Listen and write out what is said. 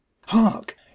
Hark